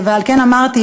על כן אמרתי,